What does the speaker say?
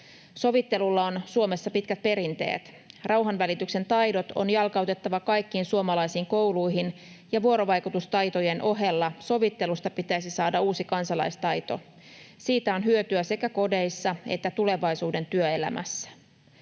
Sovittelulla on Suomessa pitkät perinteet. Rauhanvälityksen taidot on jalkautettava kaikkiin suomalaisiin kouluihin, ja vuorovaikutustaitojen ohella sovittelusta pitäisi saada uusi kansalaistaito. Siitä on hyötyä sekä kodeissa että tulevaisuuden työelämässä.